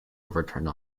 overturned